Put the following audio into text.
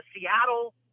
Seattle